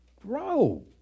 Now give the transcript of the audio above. Grow